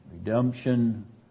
Redemption